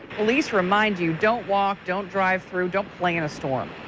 police remind you, don't walk, don't drive through, don't play in a storm.